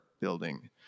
building